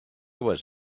was